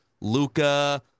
Luca